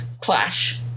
clash